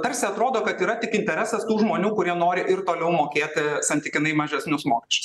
tarsi atrodo kad yra tik interesas tų žmonių kurie nori ir toliau mokėti santykinai mažesnius mokesčius